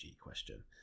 question